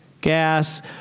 Gas